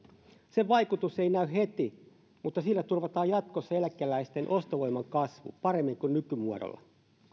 sen vaikutus ei näy heti mutta sillä turvataan jatkossa eläkeläisten ostovoiman kasvu paremmin kuin nykymuodolla